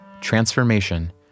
transformation